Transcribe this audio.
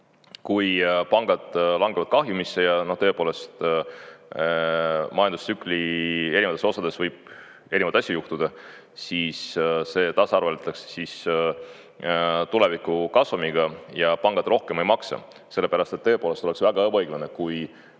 kui pangad langevad kahjumisse ja, tõepoolest, majandustsükli erinevates osades võib erinevaid asju juhtuda, siis see tasaarveldatakse tuleviku kasumiga ja pangad rohkem ei maksa. Sellepärast et tõepoolest oleks väga ebaõiglane, kui